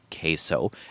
queso